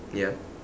ya